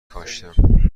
کاشتم